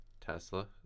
tesla